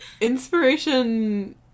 inspiration